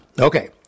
Okay